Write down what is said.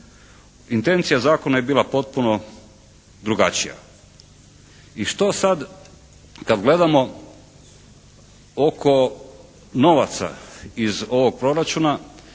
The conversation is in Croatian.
Intencija zakona je bila potpuno drugačija. I što sad kad gledamo oko novaca iz ovog proračuna